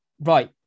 Right